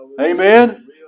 Amen